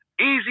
Easy